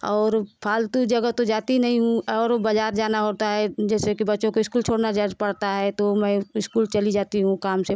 और फालतू जगह तो जाती नहीं हूँ और बाज़ार जाना होता है जैसे की बच्चों को स्कूल छोड़ना जाना परता है तो मै स्कूल चली जाती हूँ काम से